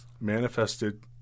manifested